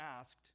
asked